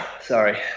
Sorry